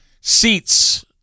seats